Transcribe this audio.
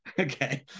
Okay